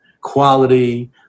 quality